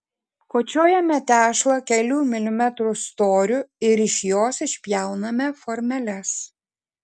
kočiojame tešlą kelių milimetrų storiu ir iš jos išpjauname formeles